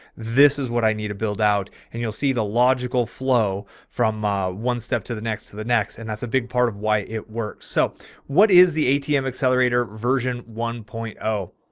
this is what i need to build out and you'll see the logical flow from ah one step to the next, to the next. and that's a big part of why it works. so what is the atm accelerator version? one point zero.